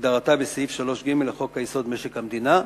כהגדרתה בסעיף 3ג לחוק-יסוד: משק המדינה.